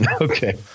Okay